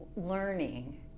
learning